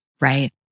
Right